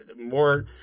more